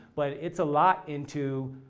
but it's a lot into,